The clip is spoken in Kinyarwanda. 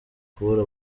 kubura